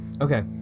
Okay